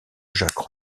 jacques